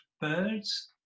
birds